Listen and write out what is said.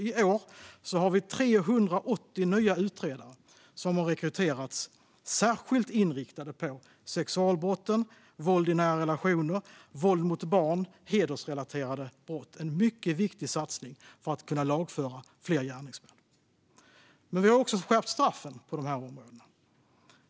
I år har 380 nya utredare rekryterats som är särskilt inriktade på sexualbrott, våld i nära relationer, våld mot barn och hedersrelaterade brott. Det är en mycket viktig satsning för att kunna lagföra fler gärningsmän. Vi har också skärpt straffen på de här områdena.